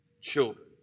Children